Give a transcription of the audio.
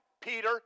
Peter